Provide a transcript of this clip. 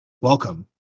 welcome